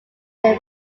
may